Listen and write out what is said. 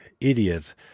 idiot